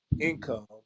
income